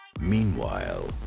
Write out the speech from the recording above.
Meanwhile